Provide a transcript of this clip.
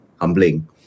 humbling